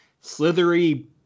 slithery